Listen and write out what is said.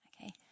Okay